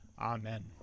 Amen